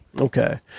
Okay